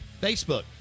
Facebook